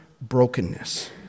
brokenness